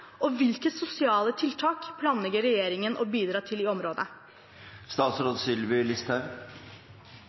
og hvilke sosiale tiltak planlegger regjeringen å bidra til i